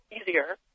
easier